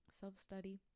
self-study